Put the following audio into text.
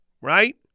right